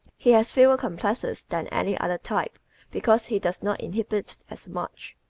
he has fewer complexes than any other type because he does not inhibit as much.